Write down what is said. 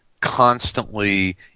constantly